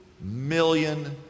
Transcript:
million